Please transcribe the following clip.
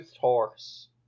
horse